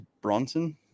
Bronson